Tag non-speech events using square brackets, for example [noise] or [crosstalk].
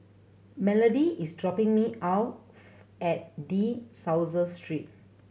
Melodie is dropping me [unintelligible] at De Souza Street